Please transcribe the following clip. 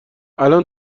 الان